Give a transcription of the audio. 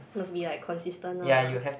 must be like consistent ah